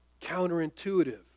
counterintuitive